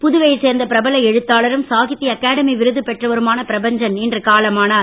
புதுவையைச் சேர்ந்த பிரபல எழுத்தாளரும் சாகித்ய அகாடமி விருது பெற்றவருமான பிரபஞ்சன் இன்று காலமானார்